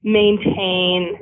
maintain –